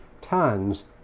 tons